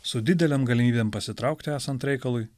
su didelėm galimybėm pasitraukti esant reikalui